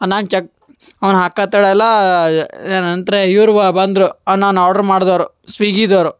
ನಾನು ಚಕ್ ಅವ್ನು ಹಾಕತೇಳೆಲ್ಲ ಏನಂದ್ರೆ ಇವರುವಾ ಬಂದರು ನಾನು ಆರ್ಡ್ರ್ ಮಾಡಿದವ್ರು ಸ್ವಿಗಿದವರು